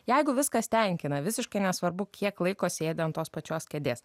jeigu viskas tenkina visiškai nesvarbu kiek laiko sėdi ant tos pačios kėdės